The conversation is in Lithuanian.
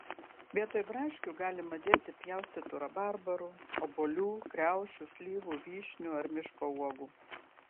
vietoj braškių galima dėti pjaustytų rabarbarų obuolių kriaušių slyvų vyšnių ar miško uogų